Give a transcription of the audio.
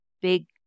big